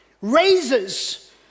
raises